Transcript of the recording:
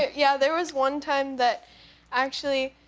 yeah. there was one time that actually